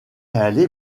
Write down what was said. allé